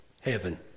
heaven